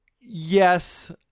yes